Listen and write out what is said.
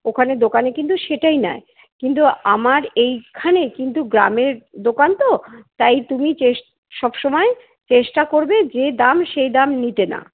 ওখানে দোকানে কিন্তু সেটাই নেয় কিন্তু আমার এইখানে কিন্তু গ্রামের দোকান তো তাই তুমি চেষ সবসময় চেষ্টা করবে যে দাম সেই দাম নিতে না